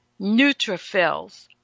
Neutrophils